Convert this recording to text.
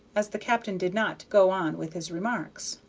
as the captain did not go on with his remarks.